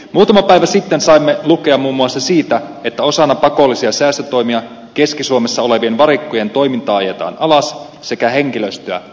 muutama päivä sitten saimme lukea muun muassa siitä että osana pakollisia säästötoimia keski suomessa olevien varikkojen toimintaa ajetaan alas sekä henkilöstöä vähennetään